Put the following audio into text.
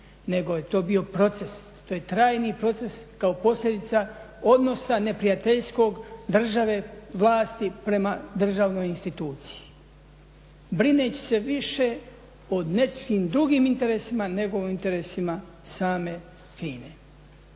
nego je to bio proces. To je trajni proces kao posljedica odnosa neprijateljskog države, vlasti prema državnoj instituciji brineći se više o nekim drugim interesima, nego interesima same FINA-e.